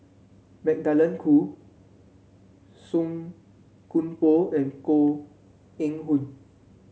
Magdalene Khoo Song Koon Poh and Koh Eng Hoon